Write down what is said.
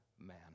man